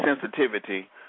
sensitivity